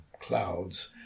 clouds